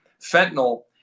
Fentanyl